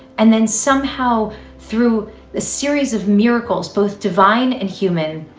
and then somehow through the series of miracles, both divine and human,